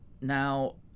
Now